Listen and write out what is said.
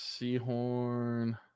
Seahorn